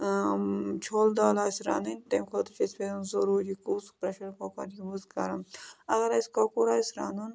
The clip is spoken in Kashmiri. چھولہٕ دال آسہِ رَنٕنۍ تَمہِ خٲطرٕ چھِ اَسہِ پٮ۪وان ضٔروٗری کُس پرٛٮ۪شَر کُکَر یوٗز کَرُن اگر اَسہِ کۄکُر آسہِ رَنُن